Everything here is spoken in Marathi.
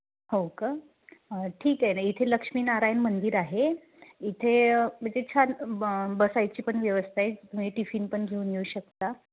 हो का ठीक आहे ना इथे लक्ष्मीनारायण मंदिर आहे इथे म्हणजे छान ब बसायची पण व्यवस्था आहे मग टिफिन पण घेऊन येऊ शकता